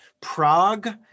Prague